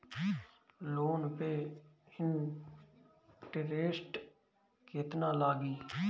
Loan पे interest केतना लागी?